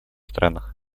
странах